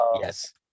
Yes